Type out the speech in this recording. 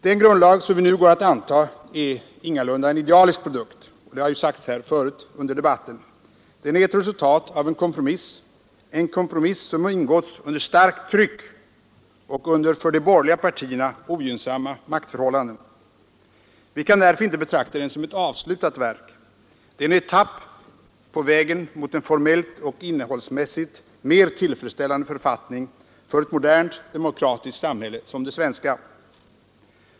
Den grundlag som vi nu går att anta är ingalunda en idealisk produkt — det har ju sagts här förut under debatten. Den är ett resultat av en kompromiss, en kompromiss som ingåtts under starkt tryck och under för de borgerliga partierna ogynnsamma maktförhållanden. Vi kan därför inte betrakta den som ett avslutat verk. Den är en etapp på vägen mot en formellt och innehållsmässigt mer tillfredsställande författning för ett modernt demokratiskt samhälle som det svenska.